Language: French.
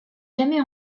jamais